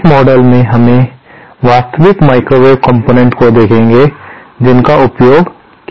इस मॉडल में हमें वास्तविक माइक्रोवेव कंपोनेंट्स को देखेंगे जिनका उपयोग किया जाता है